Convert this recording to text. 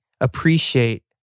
appreciate